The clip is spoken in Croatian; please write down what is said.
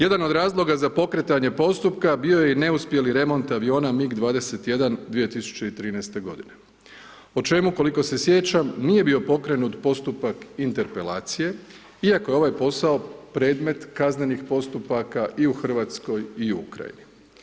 Jedan od razloga za pokretanje postupka, bio je neuspjeli remont aviona MIG 21 2013. g. O čemu se koliko se sjećam nije bio pokrenut postupak interpelacije, iako je ovaj posao predmet kaznenih postupaka i u Hrvatskoj i u Ukrajini.